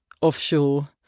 offshore